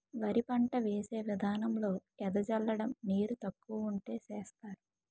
వరి పంట వేసే విదానంలో ఎద జల్లడం నీరు తక్కువ వుంటే సేస్తరు